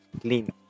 clean